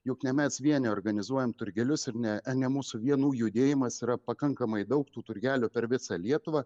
juk ne mes vieni organizuojam turgelius ir ne ne mūsų vienų judėjimas yra pakankamai daug tų turgelių per visą lietuvą